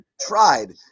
tried